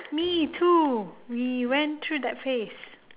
me too we went through that phase